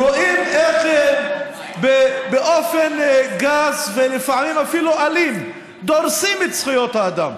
רואים איך באופן גס ולפעמים אפילו אלים דורסים את זכויות האדם,